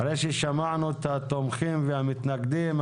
אחרי ששמענו את התומכים והמתנגדים,